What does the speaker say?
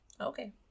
Okay